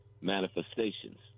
manifestations